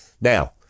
Now